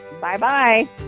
Bye-bye